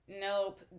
Nope